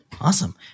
Awesome